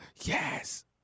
Yes